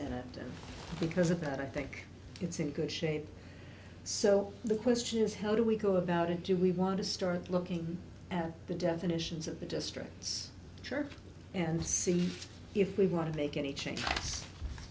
us because about i think it's in good shape so the question is how do we go about it do we want to start looking at the definitions of the districts and see if we want to make any change